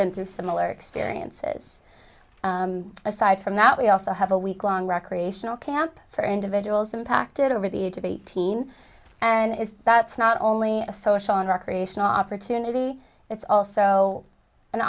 been through similar experiences aside from that we also have a weeklong recreational camp for individuals impacted over the age of eighteen and if that's not only a social in our creation opportunity it's also an